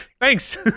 Thanks